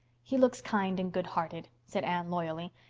he looks kind and good-hearted, said anne loyally,